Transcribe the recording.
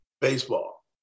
Baseball